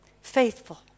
Faithful